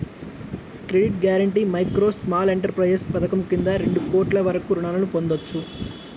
credit guarantee micro, small enterprises పథకం కింద రెండు కోట్ల వరకు రుణాలను పొందొచ్చు